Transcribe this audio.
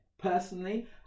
personally